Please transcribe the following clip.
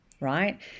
right